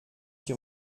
qui